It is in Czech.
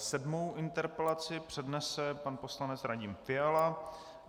Sedmou interpelaci přednese pan poslanec Radim Fiala.